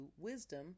wisdom